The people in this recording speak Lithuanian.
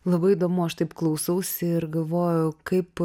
labai įdomu aš taip klausausi ir galvojau kaip